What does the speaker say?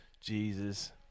Jesus